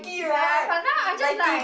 ah but now I just like